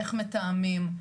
איך מתאמים,